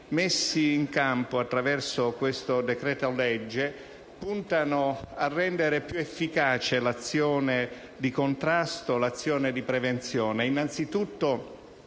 messi in campo attraverso questo decreto-legge puntano a rendere più efficace l'azione di contrasto e di prevenzione, innanzitutto